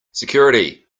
security